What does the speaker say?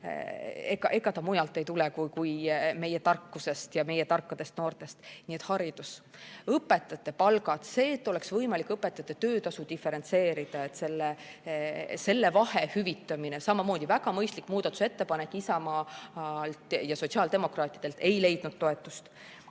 areng mujalt ei tule kui meie tarkusest ja meie tarkadest noortest. Nii et haridus, õpetajate palgad, see, et oleks võimalik õpetajate töötasu diferentseerida, selle vahe hüvitamine – samamoodi väga mõistlik muudatusettepanek Isamaalt ja sotsiaaldemokraatidelt ei leidnud toetust.